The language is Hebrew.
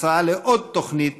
הצעה לעוד תוכנית